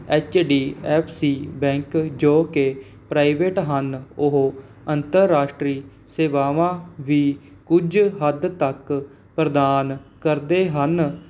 H D F C bank ਜੋ ਕਿ private ਹਨ ਉਹ ਅੰਤਰਰਾਸ਼ਟਰੀ ਸੇਵਾਵਾਂ ਵੀ ਕੁਝ ਹੱਦ ਤੱਕ ਪ੍ਰਦਾਨ ਕਰਦੇ ਹਨ